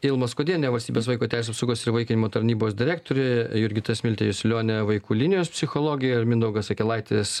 ilma skuodienė valstybės vaiko teisių apsaugos ir įvaikinimo tarnybos direktorė jurgita smiltė jasiulionė vaikų linijos psichologė ir mindaugas akelaitis